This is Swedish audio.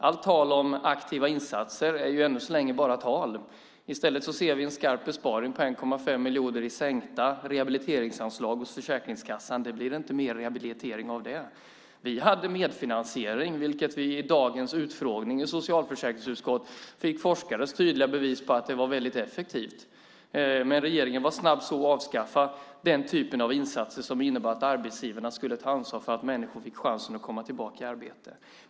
Allt tal om aktiva insatser är ju ännu så länge bara tal. I stället ser vi en skarp besparing på 1,5 miljoner i sänkta rehabiliteringsanslag hos Försäkringskassan. Det blir inte mer rehabilitering av det. Vi hade medfinansiering, vilket vi i dagens utfrågning i socialförsäkringsutskottet fick forskares tydliga bevis på var väldigt effektivt. Men regeringen var snabb med att avskaffa den typen av insatser som innebär att arbetsgivarna ska ta ansvar för att människor får chansen att komma tillbaka till arbete.